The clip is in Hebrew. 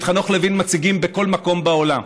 את חנוך לוין מציגים בכל מקום בעולם.